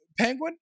penguin